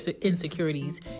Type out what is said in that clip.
insecurities